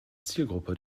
zielgruppe